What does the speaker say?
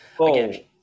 again